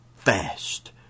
fast